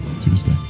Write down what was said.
Tuesday